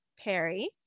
Perry